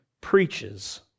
preaches